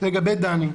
לגבי דני,